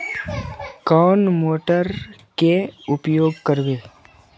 कौन मोटर के उपयोग करवे?